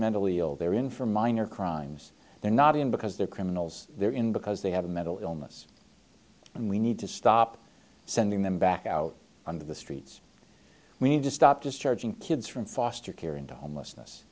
mentally ill they're in for minor crimes they're not in because they're criminals they're in because they have a mental illness and we need to stop sending them back out onto the streets we need to stop discharging kids from foster care into homelessness